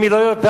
אם היא לא יודעת